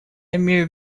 имею